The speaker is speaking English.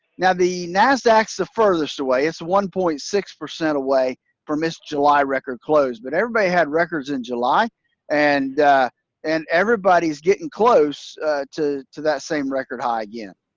now, the nasdaq's the furthest away, it's one point six percent away for miss july record close, but everybody had records in july and and everybody's getting close to to that same record high again.